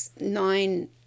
nine